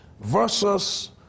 versus